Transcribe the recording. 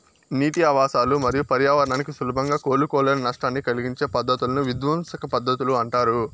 నీటి ఆవాసాలు మరియు పర్యావరణానికి సులభంగా కోలుకోలేని నష్టాన్ని కలిగించే పద్ధతులను విధ్వంసక పద్ధతులు అంటారు